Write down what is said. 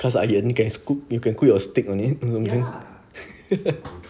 cause iron can scoop you can put your steak on it